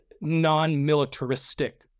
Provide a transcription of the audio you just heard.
non-militaristic